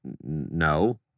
no